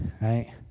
right